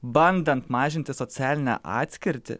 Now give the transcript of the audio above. bandant mažinti socialinę atskirtį